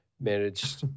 managed